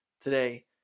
today